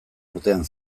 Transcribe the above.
urtean